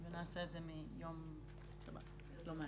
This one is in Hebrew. נעשה את זה מיום שבת, לא מהיום.